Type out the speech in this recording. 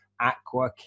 aqua